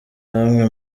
namwe